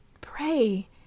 pray